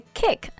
kick